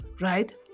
right